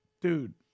Dude